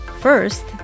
First